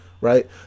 right